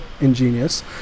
ingenious